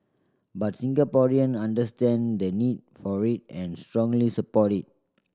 but Singaporean understand the need for it and strongly support it